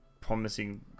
promising